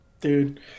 dude